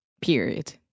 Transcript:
period